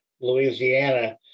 Louisiana